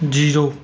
zero